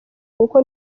kuko